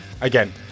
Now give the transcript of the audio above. again